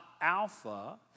alpha